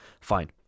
Fine